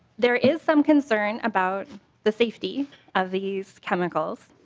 there is some concern about the safety of these chemicals.